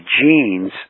genes